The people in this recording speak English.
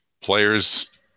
players